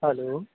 hello